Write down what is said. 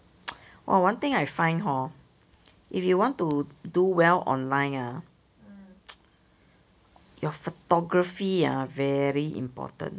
!wah! one thing I find hor if you want to do well online ah your photography ah very important